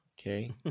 Okay